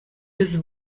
das